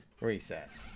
recess